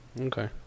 Okay